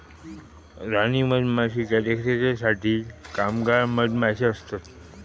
राणी मधमाशीच्या देखरेखीसाठी कामगार मधमाशे असतत